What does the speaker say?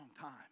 time